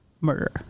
murder